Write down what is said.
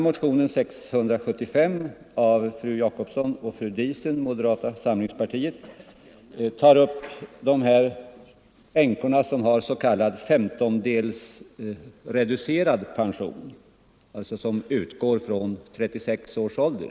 Motionen 675 av fru Jacobsson och fru Diesen, moderata samlingspartiet, tar upp frågan om änkor med s.k. femtondelsreducerad pension, som alltså utgår från 36 års ålder.